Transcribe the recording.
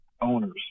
owners